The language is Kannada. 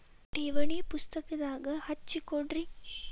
ಠೇವಣಿ ಪುಸ್ತಕದಾಗ ಹಚ್ಚಿ ಕೊಡ್ರಿ